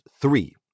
three